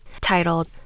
titled